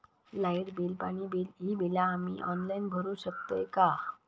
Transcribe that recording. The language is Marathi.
लाईट बिल, पाणी बिल, ही बिला आम्ही ऑनलाइन भरू शकतय का?